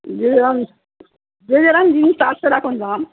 যে যেরকম যে যেরকম জিনিস তার সেরকম দাম